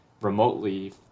remotely